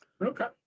Okay